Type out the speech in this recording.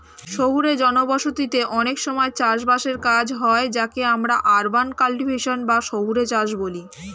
শহুরে জনবসতিতে অনেক সময় চাষ বাসের কাজ হয় যাকে আমরা আরবান কাল্টিভেশন বা শহুরে চাষ বলি